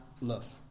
love